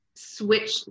switch